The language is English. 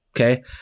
okay